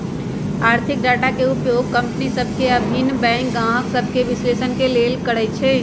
आर्थिक डाटा के उपयोग कंपनि सभ के आऽ भिन्न बैंक गाहक सभके विश्लेषण के लेल करइ छइ